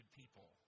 people